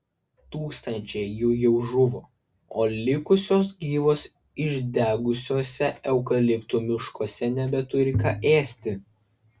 tūkstančiai jų jau žuvo o likusios gyvos išdegusiuose eukaliptų miškuose nebeturi ką ėsti